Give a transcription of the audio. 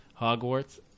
Hogwarts